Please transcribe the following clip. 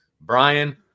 Brian